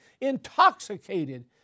intoxicated